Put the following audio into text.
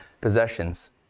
possessions